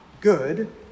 good